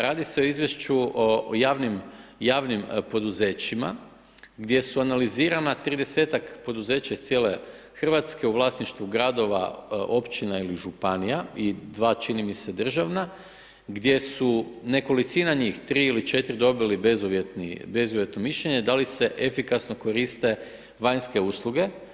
Radi se o izvješću o javnim poduzećima gdje su analizirana 30-tak poduzeća iz cijele Hrvatske u vlasništvu gradova, općina ili županija i dva čini mi se državna, gdje su nekolicina njih 3 ili 4 dobili bezuvjetno mišljenje da li se efikasno koriste vanjske usluge.